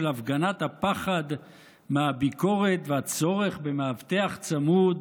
הפגנת הפחד מהביקורת והצורך במאבטח צמוד,